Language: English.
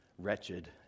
wretched